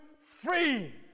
free